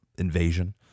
invasion